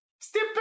step